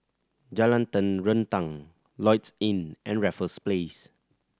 Jalan Terentang Lloyds Inn and Raffles Place